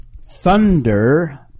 thunder